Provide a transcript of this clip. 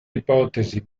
ipotesi